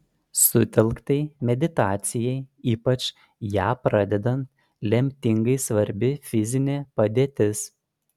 sutelktai meditacijai ypač ją pradedant lemtingai svarbi fizinė padėtis